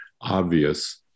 obvious